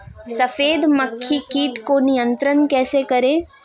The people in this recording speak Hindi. सफेद मक्खी कीट को नियंत्रण कैसे करें?